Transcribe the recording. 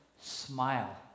smile